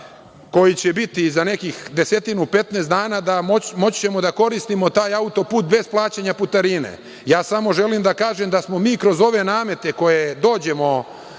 koji će biti za nekih desetinu-petnaest dana, moći da koristimo taj autoput bez plaćanja putarine. Samo želim da kažem da smo mi kroz ove namete koje dođemo